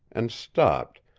and stopped,